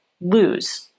lose